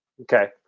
Okay